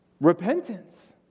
Repentance